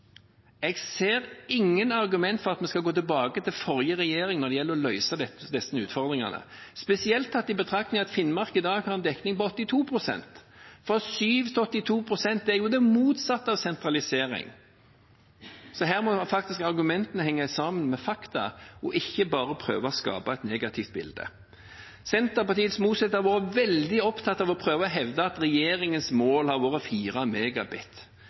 Jeg ser ingen argumenter for at vi skal gå tilbake til forrige regjering når det gjelder å løse disse utfordringene, spesielt tatt i betraktning at Finnmark i dag har en dekning på 82 pst. Fra 7 til 82 pst. er jo det motsatte av sentralisering! Her må faktisk argumentene henge sammen med fakta, og en må ikke bare prøve å skape et negativt bilde. Senterpartiets Mossleth har vært veldig opptatt av å prøve å hevde at regjeringens mål har vært